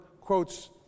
quotes